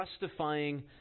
justifying